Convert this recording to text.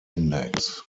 index